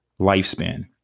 lifespan